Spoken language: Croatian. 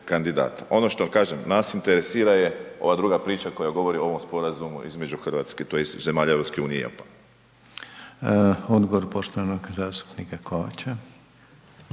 Ono što kažem, nas interesira je ovaj druga priča koja govori o ovom Sporazumu između Hrvatske, tj. zemalja EU i Japana. **Reiner, Željko (HDZ)** Odgovor poštovanog zastupnika Kovača.